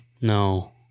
No